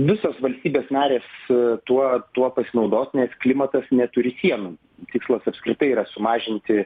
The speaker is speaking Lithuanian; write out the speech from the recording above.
visos valstybės narės tuo tuo pasinaudos nes klimatas neturi sienų tikslas apskritai yra sumažinti